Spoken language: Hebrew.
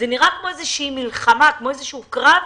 זה נראה כמו איזושהי מלחמה, כמו איזשהו קרב,